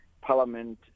Parliament